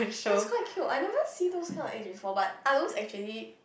that's quite cute I never see those kind of eggs before but are those actually